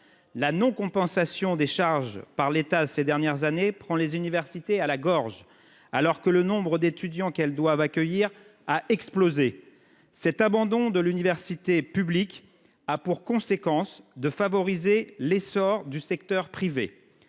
La non compensation de charges par l’État, croissante ces dernières années, prend les universités à la gorge, alors que le nombre d’étudiants qu’elles doivent accueillir a explosé. Cet abandon de l’université publique a pour conséquence de favoriser l’essor du secteur privé.